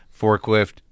forklift